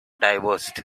divorced